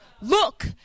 Look